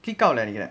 pick out